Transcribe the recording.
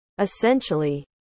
Essentially